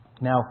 Now